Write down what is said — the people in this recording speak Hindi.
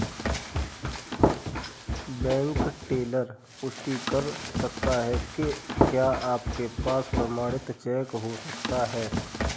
बैंक टेलर पुष्टि कर सकता है कि क्या आपके पास प्रमाणित चेक हो सकता है?